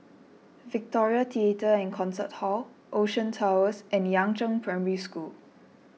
Victoria theatre and Concert Hall Ocean Towers and Yangzheng Primary School